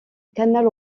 canal